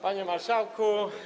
Panie Marszałku!